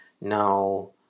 now